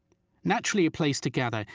naturally a place to gather,